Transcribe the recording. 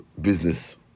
business